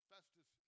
Festus